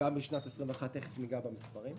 וגם בשנת 21, ותיכף ניגע במספרים,